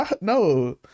No